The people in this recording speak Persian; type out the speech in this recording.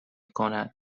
کند